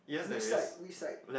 which side which side